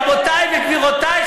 רבותי וגבירותי,